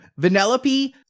Vanellope